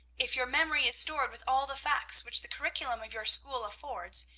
if your memory is stored with all the facts which the curriculum of your school affords,